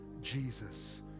Jesus